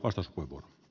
arvoisa puhemies